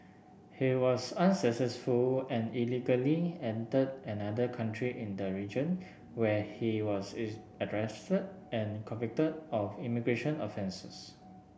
he was unsuccessful and illegally entered another country in the region where he was arrested and convicted of immigration offences